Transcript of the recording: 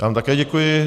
Já vám také děkuji.